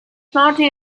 martin